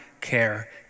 care